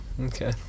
okay